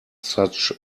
such